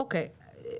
אוקיי.